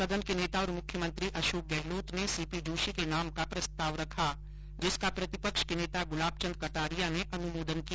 सदन के नेता और मुख्यमंत्री अशोक गहलोत ने सीपी जोशी के नाम का प्रस्ताव रखा जिसका प्रतिपक्ष के नेता गुलाब चंद कटारिया ने अनुमोदन किया